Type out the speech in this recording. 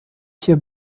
hier